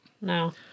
No